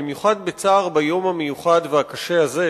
במיוחד ביום המיוחד והקשה הזה,